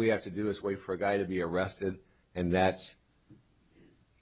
we have to do is wait for a guy to be arrested and that's the